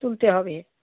তুলতে হবে